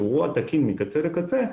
שהוא אירוע תקין מקצה לקצה,